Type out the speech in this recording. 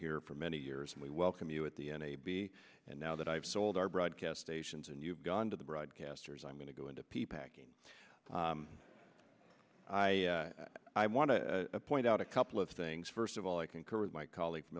here for many years and we welcome you at the n a b and now that i've sold our broadcast stations and you've gone to the broadcasters i'm going to go into p packing i want to point out a couple of things first of all i concur with my colleague from